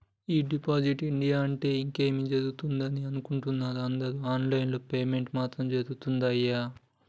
ఈ digital India అంటే ఇంకేమో జరుగుతదని అనుకున్నరు అందరు ఆన్ లైన్ పేమెంట్స్ మాత్రం జరగుతున్నయ్యి